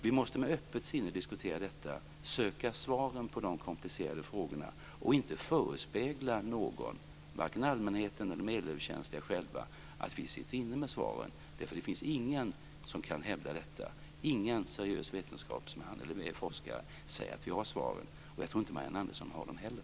Vi måste med öppet sinne diskutera detta, söka svaren på de komplicerade frågorna och inte förespegla någon, varken allmänheten eller de elöverkänsliga själva, att vi sitter inne med svaren, därför att det finns ingen som kan hävda detta. Ingen seriös vetenskapsman eller forskare säger att vi har svaren, och jag tror inte att Marianne Andersson har dem heller.